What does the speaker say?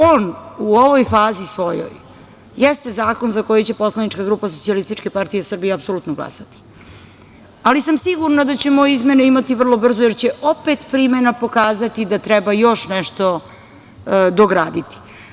On u ovoj svojoj fazi jeste zakon za koji će poslanička grupa Socijalističke partije Srbije apsolutno glasati, ali sam sigurna da ćemo izmene imati vrlo brzo, jer će opet primena pokazati da treba još nešto dograditi.